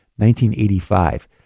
1985